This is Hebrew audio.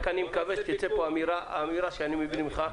אני רק מקווה שתצא מפה אמירה שאני מבין ממך,